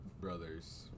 Brothers